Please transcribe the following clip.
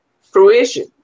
fruition